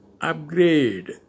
upgrade